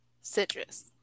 citrus